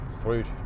fruit